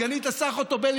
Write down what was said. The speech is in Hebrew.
סגנית השר חוטובלי,